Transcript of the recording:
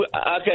Okay